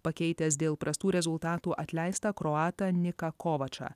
pakeitęs dėl prastų rezultatų atleistą kroatą niką kovačą